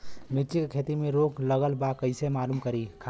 मिर्ची के खेती में रोग लगल बा कईसे मालूम करि?